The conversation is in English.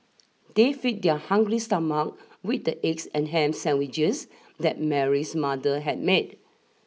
they fed their hungry stomach with the eggs and ham sandwiches that Mary's mother had made